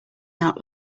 out